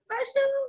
special